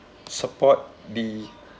support the